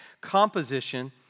Composition